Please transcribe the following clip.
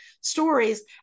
stories